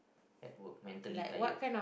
at work mentally tired